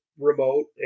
remote